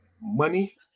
Money